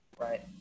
Right